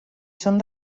són